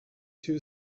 two